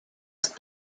ist